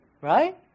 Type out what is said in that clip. Right